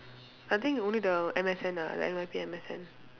I think only the M_S_N ah like N_Y_P M_S_N